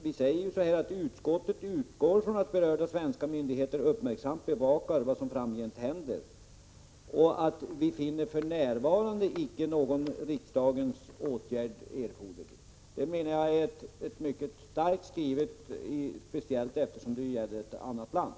Vi säger ju att utskottet ”utgår från att berörda svenska myndigheter uppmärksamt bevakar vad som framgent händer” och att vi finner att för närvarande icke någon riksdagens åtgärd är erforderlig. Det, menar jag, är mycket starkt skrivet, speciellt eftersom det gäller ett annat land.